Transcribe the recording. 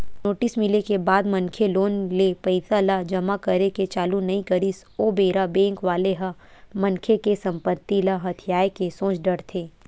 notice मिले के बाद मनखे लोन ले पइसा ल जमा करे के चालू नइ करिस ओ बेरा बेंक वाले ह मनखे के संपत्ति ल हथियाये के सोच डरथे